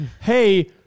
hey